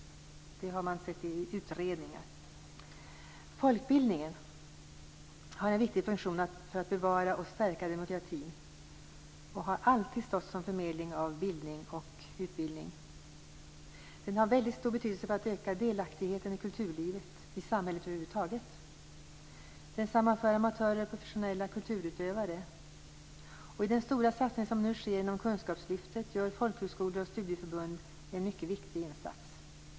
Det har man sett i utredningar. Folkbildningen har en viktig funktion när det gäller att bevara och stärka demokratin och har alltid stått som förmedlare av bildning och utbildning. Folkbildningen har väldigt stor betydelse för att öka delaktigheten i kulturlivet och i samhället över huvud taget. Den sammanför amatörer och professionella kulturutövare. I den stora satsning som nu sker genom kunskapslyftet gör folkhögskolor och studieförbund en mycket viktig insats.